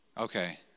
Okay